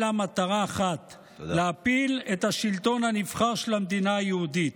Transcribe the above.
אלא מטרה אחת: להפיל את השלטון הנבחר של המדינה היהודית.